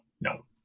no